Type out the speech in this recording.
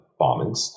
bombings